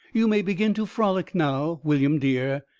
you may begin to frolic now, william dear,